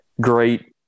great